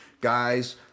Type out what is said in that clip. guys